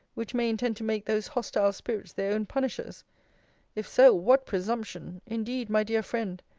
which may intend to make those hostile spirits their own punishers if so, what presumption indeed, my dear friend,